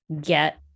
get